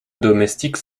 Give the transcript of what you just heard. domestiques